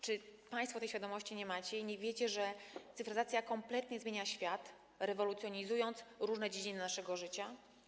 Czy państwo tej świadomości nie macie i nie wiecie, że cyfryzacja kompletnie zmienia świat, rewolucjonizując różne dziedziny naszego życia?